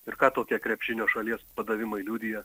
ir ką tokie krepšinio šalies padavimai liudija